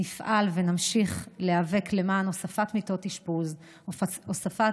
נפעל ונמשיך להיאבק למען הוספת מיטות אשפוז והוספת